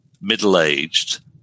middle-aged